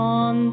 on